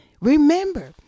Remember